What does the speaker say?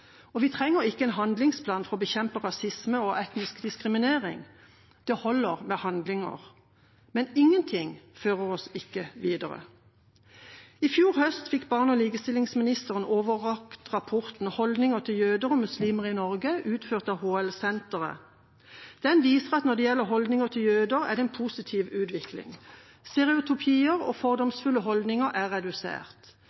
Vi trenger ikke en handlingsplan for å bekjempe rasisme og etnisk diskriminering. Det holder med handlinger. Men ingenting fører oss ikke videre. I fjor høst fikk barne- og likestillingsministeren overrakt rapporten «Holdninger til jøder og muslimer i Norge 2017», utarbeidet av HL- senteret, Senter for studier av Holocaust og livssynsminoriteter. Den viser at når det gjelder holdninger til jøder, er det en positiv utvikling. Stereotypier og